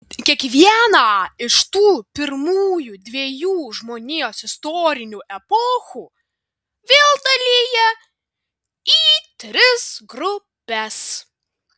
kiekvieną iš tų pirmųjų dviejų žmonijos istorinių epochų vėl dalija į tris grupes